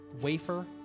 wafer